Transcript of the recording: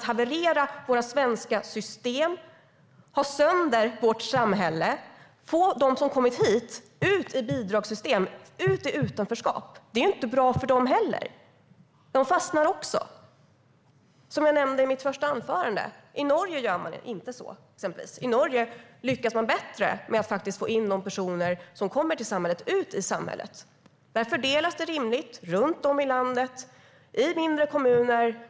Man havererar våra svenska system, har sönder vårt samhälle och får ut dem som kommit hit i bidragssystem och utanförskap. Det är inte bra för dem heller. De fastnar också. Som jag nämnde i mitt anförande gör man inte så i Norge, exempelvis. I Norge lyckas man bättre med att faktiskt få de personer som kommer till samhället in i samhället. Där fördelas det rimligt runt om i landet, i mindre kommuner.